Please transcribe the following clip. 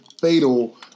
fatal